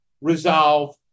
resolve